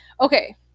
okay